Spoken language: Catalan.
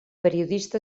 periodista